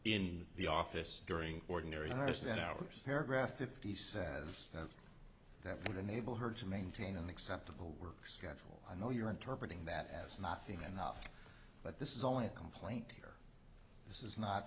in the office during ordinary her skin hours paragraph fifty said that would enable her to maintain an acceptable work schedule i know you're interpreted that as not being enough but this is only a complaint here this is not